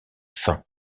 fin